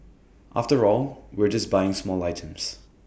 after all we're just buying small items